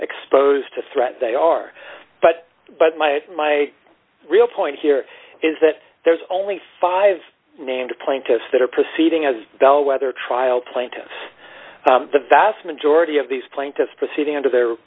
exposed to threat they are but but my my real point here is that there's only five named plaintiffs that are proceeding as bellwether trial plaintiffs the vast majority of these plaintiffs proceeding under their